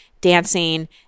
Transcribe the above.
dancing